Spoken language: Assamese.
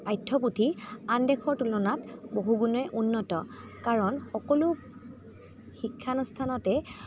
পাঠ্য়পুথি আন দেশৰ তুলনাত বহুগুণে উন্নত কাৰণ সকলো শিক্ষানুষ্ঠানতে